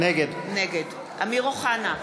נגד אמיר אוחנה,